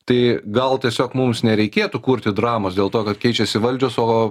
tai gal tiesiog mums nereikėtų kurti dramos dėl to kad keičiasi valdžios o